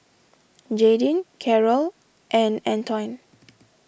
Jaydin Carol and Antoine